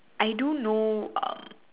I do know um